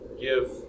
give